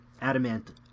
adamant